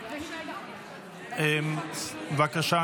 בבקשה,